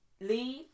leave